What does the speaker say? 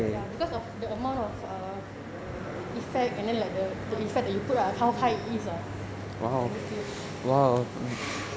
ya because the amount of um effect and then like the effect you put how high it is ah technically